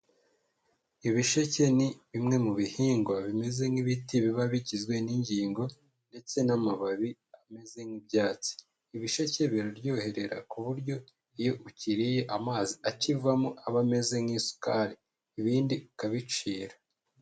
Ibisheke ni bimwe mu bihingwa bimeze nk'ibiti biba bigizwe n'ingingo ndetse n'amababi ameze nk'ibyatsi. Ibisheke biraryoherera ku buryo iyo ukiriye amazi akivamo aba ameze nk'isukari, ibindi ukabicira.